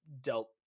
dealt